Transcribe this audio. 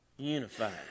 Unified